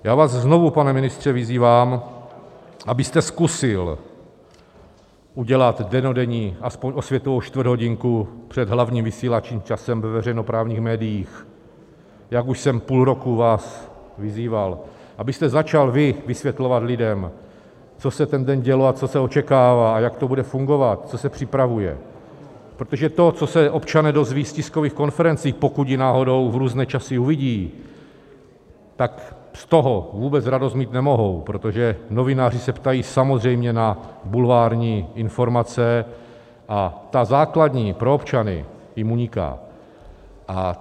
Já vás znovu, pane ministře, vyzývám, abyste zkusil udělat dennodenní aspoň osvětovou čtvrthodinku před hlavním vysílacím časem ve veřejnoprávních médiích, jak už jsem vás půl roku vyzýval, abyste začal vysvětlovat lidem, co se ten den dělo a co se očekává, jak to bude fungovat, co se připravuje, protože to, co se občané doví z tiskových konferencí, pokud je náhodou v různé časy uvidí, tak z toho vůbec radost mít nemohou, protože novináři se ptají samozřejmě na bulvární informace a ta základní pro občany jim uniká.